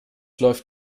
läuft